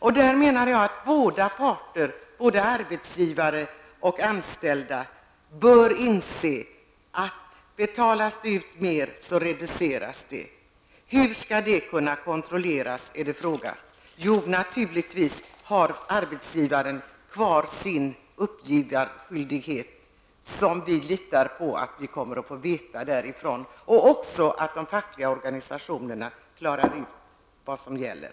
Därför menar jag att båda parter, både arbetsgivare och anställda, bör inse att om det betalas ut sker en motsvarande reduktion. Hur skall det kunna kontrolleras? frågar man. Jo, naturligtvis har arbetsgivaren kvar sin uppgiftsskyldighet som vi förlitar oss på. Likaså kommer säkert de fackliga organisationerna att kunna klara ut vad som gäller.